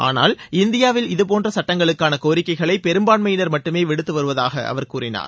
ஆனால் இந்தியாவில் இதுபோன்ற சட்டங்களுக்கான கோரிக்கைகளை பெரும்பான்மையினர் மட்டுமே விடுத்துவருவதாக அவர் கூறினார்